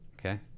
Okay